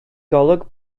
golwg